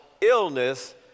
illness